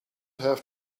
have